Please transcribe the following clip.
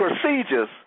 procedures